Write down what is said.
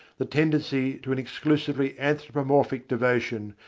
the tendency to an exclusively anthropomorphic devotion,